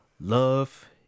love